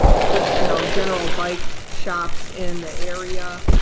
just you know general bike shops in the area.